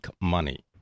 money